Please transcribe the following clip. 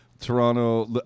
Toronto